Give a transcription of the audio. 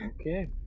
Okay